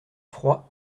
froid